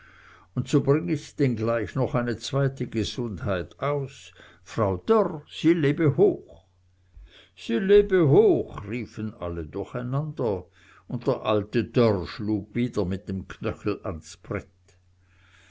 und so bring ich denn gleich noch eine zweite gesundheit aus frau dörr sie lebe hoch sie lebe hoch riefen alle durcheinander und der alte dörr schlug wieder mit seinem knöchel ans brett